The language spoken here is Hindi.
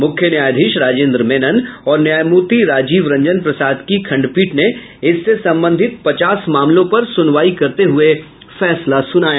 मुख्य न्यायाधीश राजेंद्र मेनन और न्यायमूर्ति राजीव रंजन प्रसाद की खण्डपीठ ने इससे संबंधित पचास मामलों पर सुनवाई करते हुये यह फैसला सुनाया